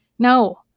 No